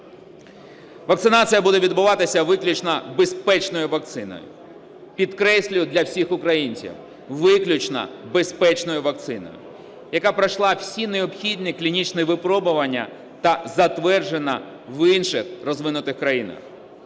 Вакцинація буде відбуватися виключно безпечною вакциною, підкреслюю для всіх українців – виключно безпечною вакциною, яка пройшла всі необхідні клінічні випробування та затверджена в інших розвинутих країнах.